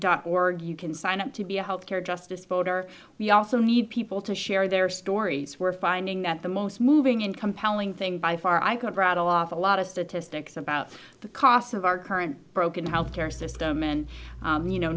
dot org you can sign up to be a health care justice voter we also need people to share their stories we're finding that the most moving and compelling thing by far i could rattle off a lot of statistics about the costs of our current broken health care system and you know